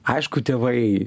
aišku tėvai